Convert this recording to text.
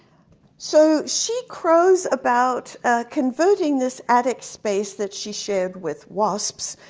so, she crows about converting this attic space that she shared with wasps,